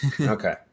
Okay